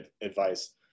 advice